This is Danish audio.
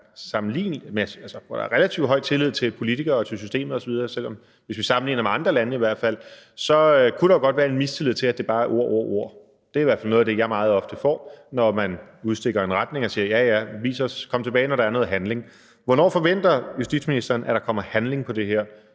hvor der er relativt høj tillid til politikere og til systemet osv., i hvert fald hvis vi sammenligner med andre lande, så kunne der jo alt andet lige godt være en mistillid, der handler om, at det bare er ord og ord. Det er i hvert fald noget, jeg meget ofte oplever, når man udstikker en retning og siger: Ja, ja, kom tilbage, når der er noget handling. Hvornår forventer justitsministeren at der kommer handling på det her,